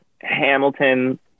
Hamilton